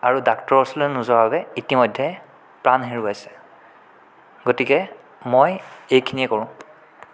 আৰু ডাক্তৰৰ ওচৰলৈ নোযোৱাৰ বাবে ইতিমধ্যে প্ৰাণ হেৰুৱাইছে গতিকে মই এইখিনিয়ে কৰোঁ